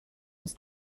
was